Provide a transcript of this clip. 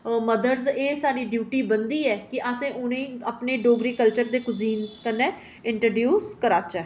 ए mother एह् साढ़ी duty बनदी ऐ कि असें उनें ई अपने डोगरी कल्चर दे क्विजीन कन्नै इंटरड्यूस कराह्चै